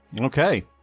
Okay